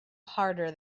harder